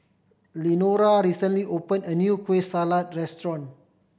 Lenora recently open a new Kueh Salat restaurant